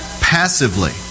passively